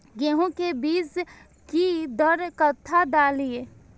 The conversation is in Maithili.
गेंहू के बीज कि दर कट्ठा डालिए?